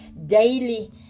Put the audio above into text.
daily